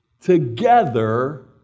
together